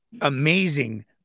amazing